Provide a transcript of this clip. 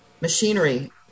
machinery